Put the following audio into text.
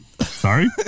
sorry